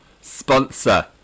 sponsor